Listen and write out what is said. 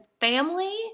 family